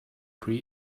pre